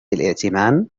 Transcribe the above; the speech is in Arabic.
الإئتمان